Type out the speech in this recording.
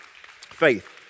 Faith